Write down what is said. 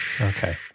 Okay